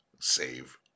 Save